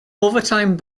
overtime